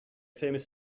famous